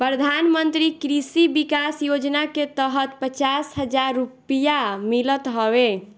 प्रधानमंत्री कृषि विकास योजना के तहत पचास हजार रुपिया मिलत हवे